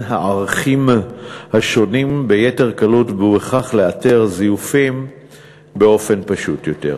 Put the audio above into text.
הערכים השונים ביתר קלות וכך לאתר זיופים באופן פשוט יותר.